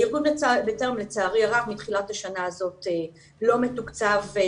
ארגון "בטרם" לצערי הרב מתחילת השנה הזאת לא מתוקצב,